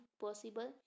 possible